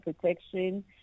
protection